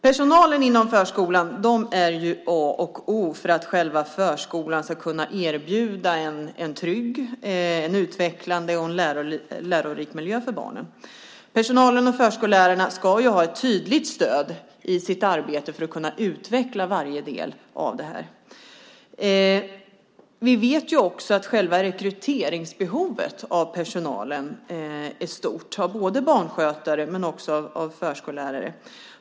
Personalen inom förskolan är A och O för att själva förskolan ska kunna erbjuda en trygg, utvecklande och lärorik miljö för barnen. Personalen och förskollärarna ska ha ett tydligt stöd i sitt arbete för att kunna utveckla varje del av det här. Vi vet också att rekryteringsbehovet av personal är stort. Det gäller då både barnskötare och förskollärare.